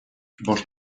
bost